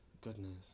goodness